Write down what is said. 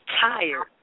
tired